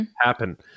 happen